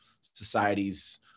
societies